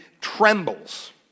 trembles